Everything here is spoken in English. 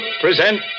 present